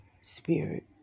Spirit